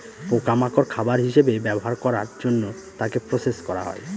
পোকা মাকড় খাবার হিসেবে ব্যবহার করার জন্য তাকে প্রসেস করা হয়